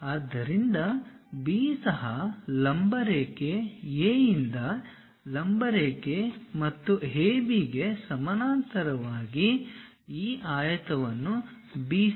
ಆದ್ದರಿಂದ B ಸಹ ಲಂಬ ರೇಖೆ A ಯಿಂದ ಲಂಬ ರೇಖೆ ಮತ್ತು AB ಗೆ ಸಮಾನಾಂತರವಾಗಿ ಈ ಆಯತವನ್ನು BC